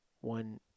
one